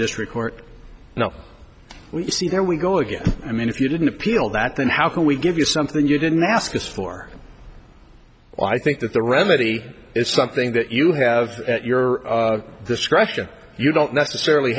district court now you see there we go again i mean if you didn't appeal that then how can we give you something you didn't ask this for i think that the remedy is something that you have at your discretion you don't necessarily